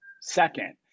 second